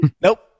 Nope